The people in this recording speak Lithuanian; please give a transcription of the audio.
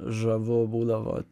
žavu būdavo